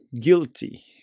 guilty